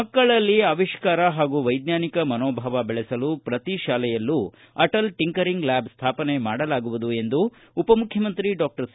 ಮಕ್ಕಳಲ್ಲಿ ಆವಿಷ್ಕಾರ ಹಾಗೂ ವೈಜ್ಞಾನಿಕ ಮನೋಭಾವ ಬೆಳೆಸಲು ಪ್ರತಿ ಶಾಲೆಯಲ್ಲೂ ಅಟಲ್ ಟಿಂಕರಿಂಗ್ ಲ್ಯಾಬ್ ಸ್ಲಾಪನೆ ಮಾಡಲಾಗುವುದು ಎಂದು ಉಪಮುಖ್ಯಮಂತ್ರಿ ಡಾಕ್ಷರ್ ಸಿ